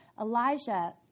Elijah